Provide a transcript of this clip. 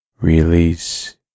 Release